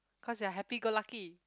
cause they are happy go lucky